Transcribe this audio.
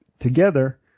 together